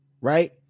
right